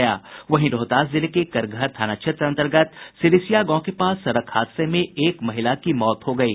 रोहतास जिले के करगहर थाना क्षेत्र अंतर्गत सिरिसिया गांव के पास सड़क हादसे में एक महिला की मौत हो गयी